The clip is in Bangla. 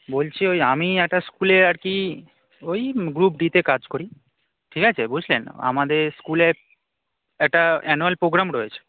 বলছি ওই আমি একটা স্কুলে আর কি ওই গ্রুপ ডি তে কাজ করি ঠিক আছে বুঝলেন আমাদের স্কুলে এক একটা অ্যানুয়াল পোগ্রাম রয়েছে